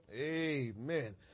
Amen